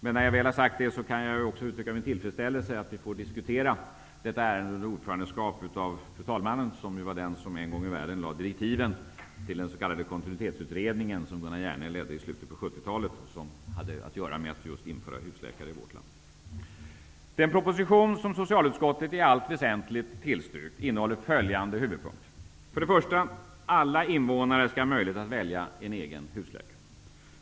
Men när jag väl har sagt det kan jag också passa på att uttrycka min tillfredsställelse över att vi får diskutera detta ärende under ordförandeskap av fru talmannen, som var den som en gång i världen lade fast direktiven till den s.k. kontinuitetsutredningen som Gunnar Hjerne ledde i slutet på 70-talet, som hade att göra med frågan om att införa husläkare i vårt land. Den proposition som socialutskottet i allt väsentligt tillstyrkt innehåller följande huvudpunkter. För det första skall alla invånare ha möjlighet att välja en egen husläkare.